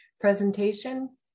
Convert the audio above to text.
presentation